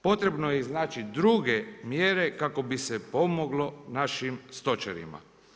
Potrebno je i znači druge mjere kako bi se pomoglo našim stočarima.